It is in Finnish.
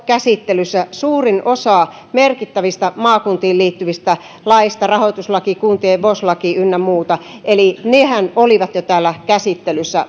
käsittelyssä suurin osa merkittävistä maakuntiin liittyvistä laeista rahoituslaki kuntien vos laki ynnä muuta eli nehän olivat jo täällä käsittelyssä